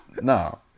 No